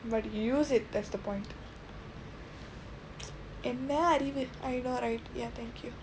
but you use it that's the point and என்ன அறிவு:enna arivu I know right ya thank you